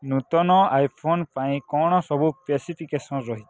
ନୂତନ ଆଇଫୋନ୍ ପାଇଁ କ'ଣ ସବୁ ପେସିଫିକେସନ୍ ରହିଛି